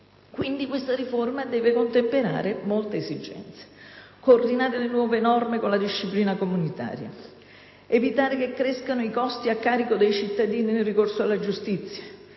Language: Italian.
Questa riforma, dunque, deve contemperare molte esigenze, coordinare le nuove norme con la disciplina comunitaria, evitare che crescano i costi a carico dei cittadini nel ricorso alla giustizia,